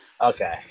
Okay